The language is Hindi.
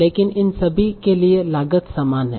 लेकिन इन सभी के लिए लागत समान है